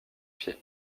pied